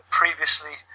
previously